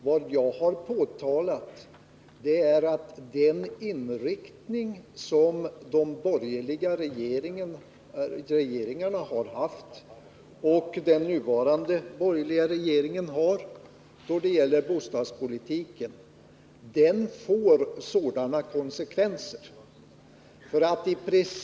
Vad jag har påtalat är att den inriktning av bostadspolitiken som de borgerliga regeringarna har haft och som den nuvarande regeringen har får sådana konsekvenser.